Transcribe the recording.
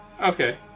Okay